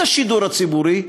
את השידור הציבורי,